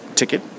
ticket